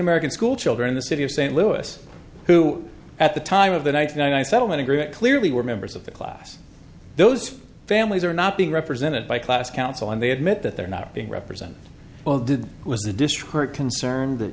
american school children the city of st louis who at the time of the ninety nine settlement agreement clearly where members of the class those families are not being represented by class council and they admit that they're not being represented well did was the dish heard concern that